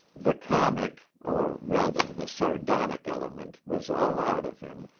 the comic, or rather, the sardonic element was all out of him,